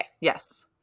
Yes